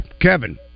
Kevin